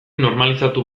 normalizatu